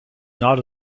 not